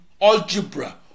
algebra